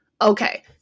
Okay